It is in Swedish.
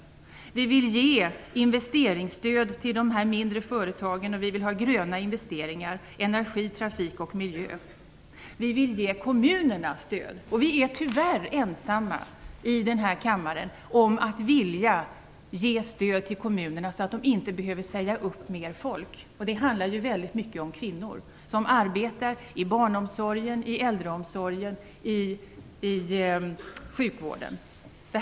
Vi vill ge investeringsstöd till de mindre företagen. Vi vill ha gröna investeringar i energi, trafik och miljö. Vi vill ge kommunerna stöd. Vi är tyvärr ensamma i kammaren om att vilja ge stöd till kommunerna så att de inte behöver säga upp mer folk. Det handlar ju ofta om kvinnor som arbetar i barnomsorgen, i äldreomsorgen och i sjukvården.